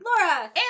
Laura